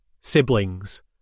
siblings